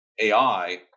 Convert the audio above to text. ai